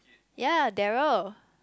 ya Darrel